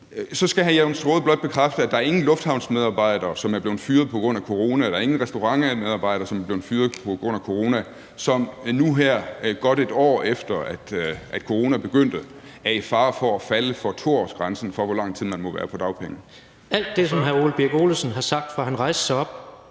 Så skal hr. Jens Rohde blot bekræfte, at der ikke er nogen lufthavnsmedarbejdere, som er blevet fyret på grund af corona, at der ikke er nogen restaurantmedarbejdere, som er blevet fyret på grund af corona, som nu her, godt et år efter at corona begyndte, er i fare for at falde for 2-årsgrænsen for, hvor lang tid man må være på dagpenge. Kl. 14:05 Formanden (Henrik Dam Kristensen):